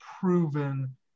proven